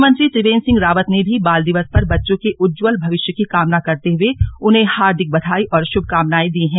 मुख्यमंत्री त्रिवेन्द्र सिंह रावत ने भी बाल दिवस पर बच्चों के उज्जवल भविष्य की कामना करते हुए उन्हें हार्दिक बधाई और श्भकामनाएं दी है